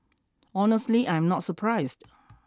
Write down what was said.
honestly I am not surprised